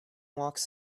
walks